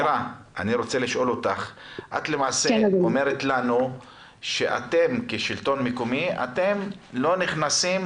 את אומרת לנו שכשלטון מקומי אתם לא נכנסים